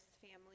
family